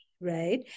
Right